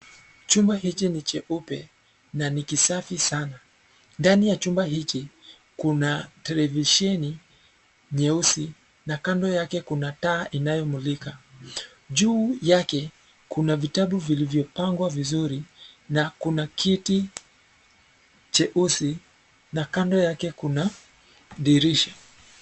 Chumba hiki ni cheupe na nikisafi sana. Ndani ya chumba hiki kuna televisheni nyeusi na kando yake kuna taa inayomulika. Juu yake kuna vitabu vilivyopangwa vizuri na kuna kiti jeusi na kando yake kuna dirisha.